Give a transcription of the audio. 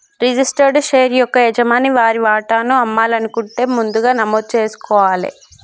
registered share యొక్క యజమాని వారి వాటాను అమ్మాలనుకుంటే ముందుగా నమోదు జేసుకోవాలే